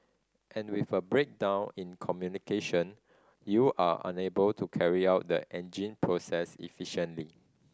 and with a breakdown in communication you are unable to carry out the engine process efficiently